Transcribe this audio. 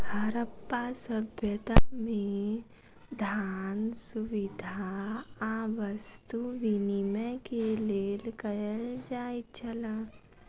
हरप्पा सभ्यता में, धान, सुविधा आ वस्तु विनिमय के लेल कयल जाइत छल